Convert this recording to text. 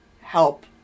help